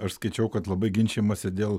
aš skaičiau kad labai ginčijamasi dėl